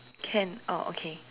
can oh okay